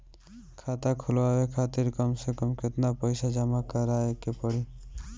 खाता खुलवाये खातिर कम से कम केतना पईसा जमा काराये के पड़ी?